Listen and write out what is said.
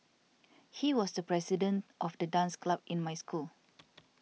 he was the president of the dance club in my school